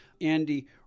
Andy